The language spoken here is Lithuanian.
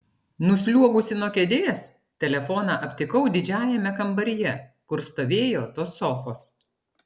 nusliuogusi nuo kėdės telefoną aptikau didžiajame kambaryje kur stovėjo tos sofos